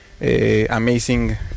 amazing